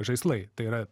žaislai tai yra